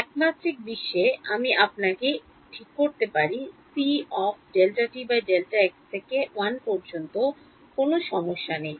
এক মাত্রিক বিশ্বে আমি আপনাকে ঠিক করতে পারি cΔt Δx থেকে 1 পর্যন্ত কোনও সমস্যা নেই